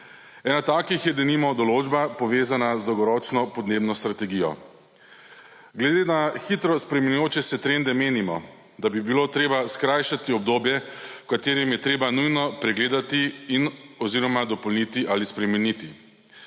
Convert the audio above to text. Ena takih je denimo določba, povezana z dolgoročno podnebno strategijo. Glede na hitro spreminjajoče se trende menimo, da bi bilo treba skrajšati obdobje, v katerem je treba nujno pregledati in oziroma dopolniti ali spremeniti.